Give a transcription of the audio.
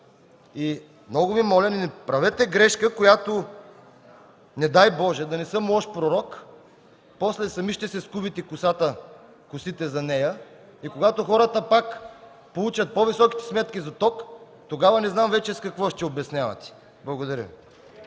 Много Ви моля, не правете грешка, която, не дай Боже, да не съм лош пророк, после сами ще си скубете косите заради нея. И когато хората пак получат по-високите си сметки за ток, тогава вече не знам какво ще го обяснявате. Благодаря.